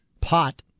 pot